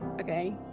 Okay